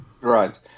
Right